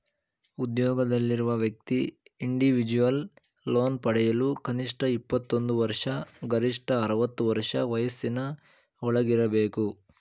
ಉದ್ಯೋಗದಲ್ಲಿರುವ ವ್ಯಕ್ತಿ individual loan ಪಡೆಯಲು ಕನಿಷ್ಠ ಇಪ್ಪತ್ತೊಂದು ವರ್ಷ ಗರಿಷ್ಠ ಅರವತ್ತು ವರ್ಷ ವಯಸ್ಸಿನ ಒಳಗಿರಬೇಕು